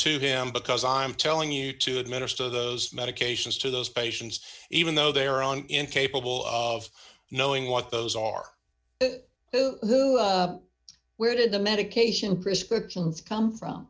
to him because i'm telling you to administer those medications to those patients even though they are on incapable of knowing what those are where did the medication prescriptions come from